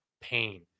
pain